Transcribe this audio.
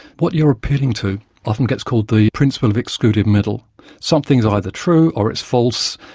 what you're appealing to often gets called the principle of excluded middle something's either true, or it's false,